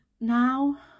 now